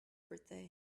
birthday